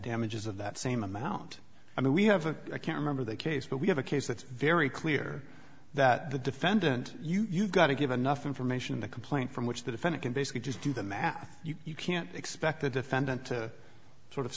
damages of that same amount i mean we haven't i can't remember the case but we have a case that's very clear that the defendant you've got to give enough information in the complaint from which the defendant can basically just do the math you can't expect the defendant to sort of